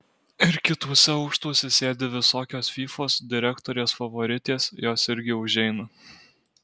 ir kituose aukštuose sėdi visokios fyfos direktorės favoritės jos irgi užeina